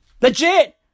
Legit